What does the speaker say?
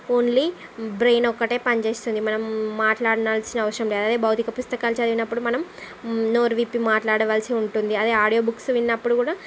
only brain ఒక్కటే పనిచేస్తుంది మనం మాట్లాడాల్సిన అవసరం లేదు అదే భౌతిక పుస్తకాలు చదివినప్పుడు మనం నోరు విప్పి మాట్లాడవలసి ఉంటుంది అదే అడియో బుక్స్ విన్నప్పుడు కూడా